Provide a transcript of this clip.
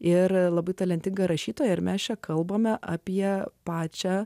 ir labai talentinga rašytoja ir mes čia kalbame apie pačią